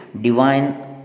divine